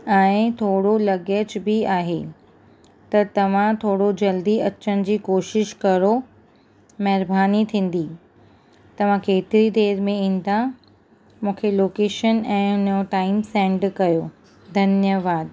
ऐं थोरो लगेच बि आहे त तव्हां थोरो जल्दी अचण जी कोशिश करो महिरबानी थींदी तव्हां केतिरी देरि में ईंदा मूंखे लोकेशन ऐं हिन जो टाइम सेंड कयो धन्यवादु